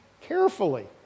Carefully